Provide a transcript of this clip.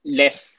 less